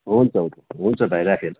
हुन्छ हुन्छ हुन्छ भाइ राखेँ ल